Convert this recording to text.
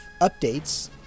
updates